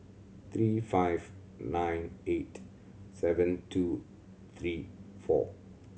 three five nine eight seven two three four